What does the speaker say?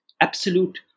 absolute